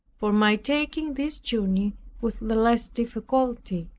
for my taking this journey with the less difficulty.